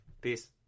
Peace